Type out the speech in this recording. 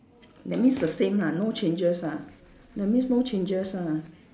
that means the same lah no changes ah that means no changes ah